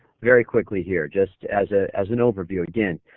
very quickly here just as ah as an overview again,